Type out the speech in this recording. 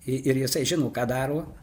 ir jisai žino ką daro